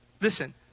listen